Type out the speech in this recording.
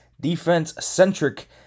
defense-centric